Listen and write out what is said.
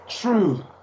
True